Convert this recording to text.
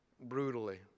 brutally